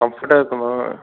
கம்ஃபர்ட்டாக இருக்குமா